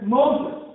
Moses